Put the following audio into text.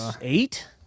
eight